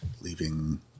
leaving